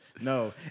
No